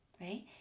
Right